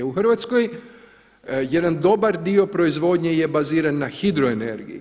U Hrvatskoj jedan dobar dio proizvodnje je baziran na hidroenergiji.